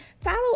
Follow